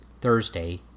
Thursday